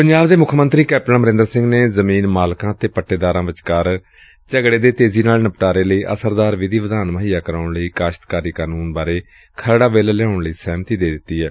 ਪੰਜਾਬ ਦੇ ਮੁੱਖ ਮੰਤਰੀ ਕੈਪਟਨ ਅਮਰਿੰਦਰ ਸਿੰਘ ਨੇ ਜ਼ਮੀਨ ਮਾਲਕਾਂ ਤੇ ਪੱਟੇਦਾਰਾਂ ਵਿਚਕਾਰ ਝਗੜੇ ਦੇ ਤੇਜ਼ੀ ਨਾਲ ਨਿਪਟਾਰੇ ਲਈ ਅਸਰਦਾਰ ਵਿਧੀ ਵਿਧਾਨ ਮੁਹੱਈਆ ਕਰਵਾਉਣ ਲਈ ਕਾਸ਼ਤਕਾਰੀ ਕਾਨੁੰਨ ਬਾਰੇ ਖਰੜਾ ਬਿੱਲ ਲਿਆਉਣ ਲਈ ਸਹਿਮਤੀ ਦੇ ਦਿੱਤੀ ਏ